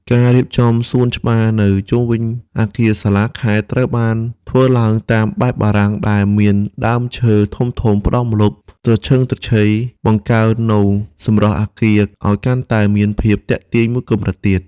ការរៀបចំសួនច្បារនៅជុំវិញអគារសាលាខេត្ត ត្រូវបានធ្វើឡើងតាមបែបបារាំងដែលមានដើមឈើធំៗផ្តល់ម្លប់ត្រឈឹងត្រឈៃ បង្កើននូវសម្រស់អគារឱ្យកាន់តែមានភាពទាក់ទាញមួយកម្រិតទៀត។